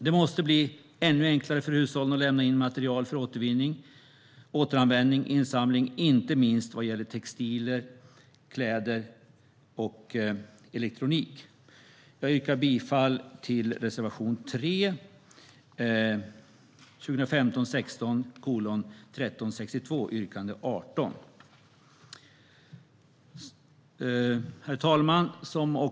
Det måste bli ännu enklare för hushållen att lämna in material för återvinning, återanvändning, insamling - inte minst vad gäller textilier, kläder och elektronik. Jag yrkar bifall till reservation 3, det vill säga därmed bifaller riksdagen motion 2015/16:1362 yrkande 18. Herr talman!